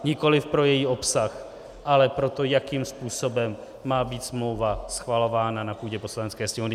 Nikoliv pro její obsah, ale pro to, jakým způsobem má být smlouva schvalována na půdě Poslanecké sněmovny.